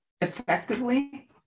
effectively